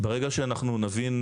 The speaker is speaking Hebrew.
ברגע שאנחנו נבין.